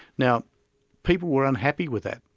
now people were unhappy with that.